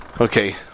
okay